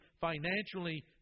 financially